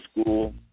school